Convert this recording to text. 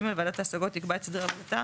(ג)ועדת ההשגות תקבע את סדרי עבודתה